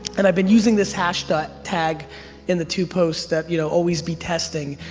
and i've been using this hash tag in the two posts that, you know always be testing.